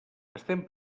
estem